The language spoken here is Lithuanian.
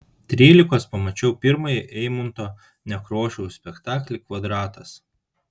trylikos pamačiau pirmąjį eimunto nekrošiaus spektaklį kvadratas